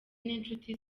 n’inshuti